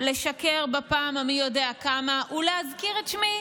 לשקר בפעם המי יודע כמה ולהזכיר את שמי,